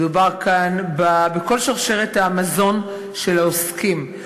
מדובר כאן בכל שרשרת המזון של העוסקים.